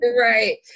right